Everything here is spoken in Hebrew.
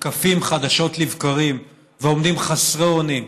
מותקפים חדשות לבקרים ועומדים חסרי אונים,